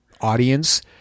audience